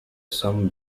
some